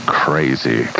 crazy